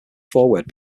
foreword